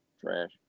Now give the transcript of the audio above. trash